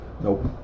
Nope